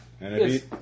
Yes